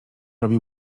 robi